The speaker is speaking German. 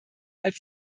als